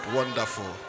wonderful